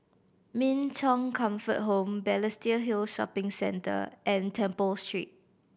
Min Chong Comfort Home Balestier Hill Shopping Centre and Temple Street